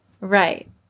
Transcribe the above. right